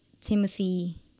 Timothy